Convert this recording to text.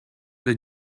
the